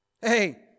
Hey